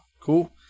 cool